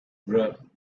grasp